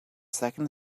second